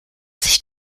sich